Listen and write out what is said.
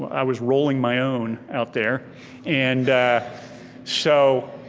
i was rolling my own out there and so,